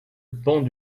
bancs